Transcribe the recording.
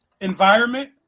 environment